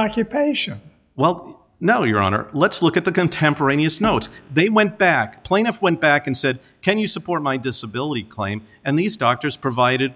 occupation well no your honor let's look at the contemporaneous notes they went back plaintiff went back and said can you support my disability claim and these doctors provided